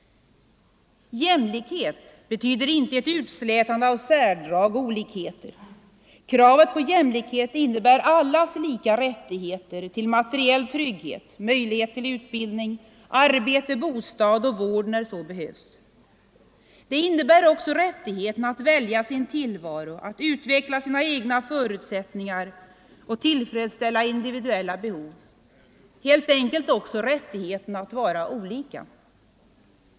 Jämlikhet betyder inte ett utslätande av särdrag och olikheter. Kravet på jämlikhet innebär allas lika rättigheter till materiell trygghet, möjlighet till utbildning, arbete, bostad och vård när så behövs. Det innebär också rättigheten att välja sin tillvaro, att utveckla sina egna förutsättningar och tillfredsställa individuella behov, helt enkelt rättigheten att vara olika.